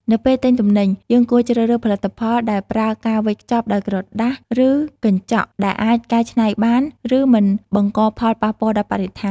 នៅពេលទិញទំនិញ យើងគួរជ្រើសរើសផលិតផលដែលប្រើការវេចខ្ចប់ដោយក្រដាស ឬកញ្ចក់ ដែលអាចកែច្នៃបាន ឬមិនបង្កផលប៉ះពាល់ដល់បរិស្ថាន។